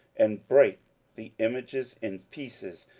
and brake the images in pieces,